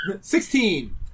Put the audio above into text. Sixteen